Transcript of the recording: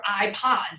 iPods